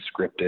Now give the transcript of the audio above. scripted